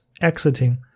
exiting